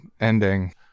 ending